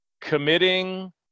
committing